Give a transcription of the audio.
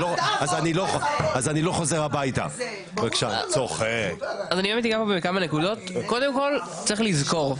פה בכמה נקודות, קודם כל צריך לזכור,